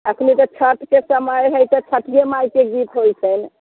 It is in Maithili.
अखनि तऽ छठिके समय हय तऽ छठिये माइके गीत होइत छनि